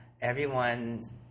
everyone's